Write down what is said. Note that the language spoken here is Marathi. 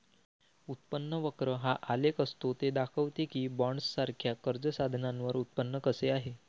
उत्पन्न वक्र हा आलेख असतो ते दाखवते की बॉण्ड्ससारख्या कर्ज साधनांवर उत्पन्न कसे आहे